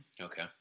Okay